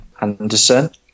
Anderson